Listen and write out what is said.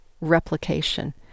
replication